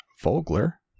Vogler